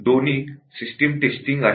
दोन्ही system testing आहे